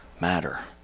matter